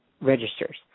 registers